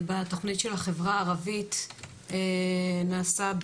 נבדק שרוב הנשים בחברה הערבית לא באמת